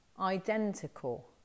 identical